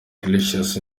iglesias